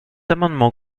amendement